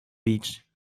beach